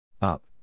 Up